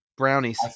brownies